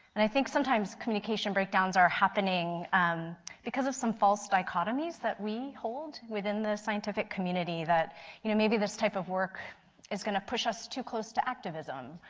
and i think sometimes medication breakdowns are happening um because of some some false dichotomies that we hold within the scientific community that you know maybe this type of work is going to push us too close to activism,